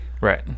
Right